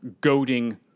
goading